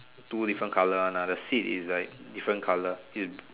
two different colour one ah the seat is like different colour is